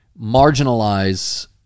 marginalize